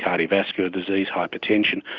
cardiovascular disease, hypertension,